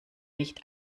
nicht